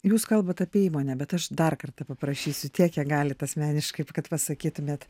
jūs kalbat apie įmonę bet aš dar kartą paprašysiu tiek kiek galit asmeniškai kad pasakytumėte